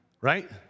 right